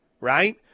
right